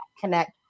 connect